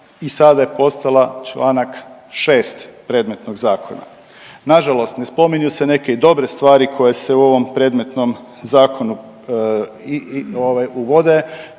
i sada je postala čl. 6. predmetnog zakona. Nažalost ne spominju se i neke dobre stvari koje se u ovom predmetnom zakonu uvode,